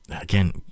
again